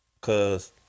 Cause